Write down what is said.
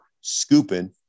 scooping